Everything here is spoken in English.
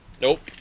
Nope